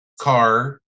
car